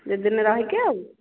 ଦୁଇ ଦିନ ରହିକି ଆଉ